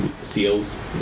SEALs